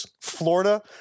Florida